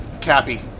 Cappy